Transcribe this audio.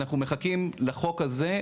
אנחנו מחכים לחוק הזה,